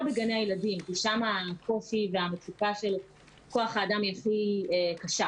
בגני הילדים כי שם הקושי והמצוקה של כוח האדם היא הכי קשה.